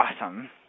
awesome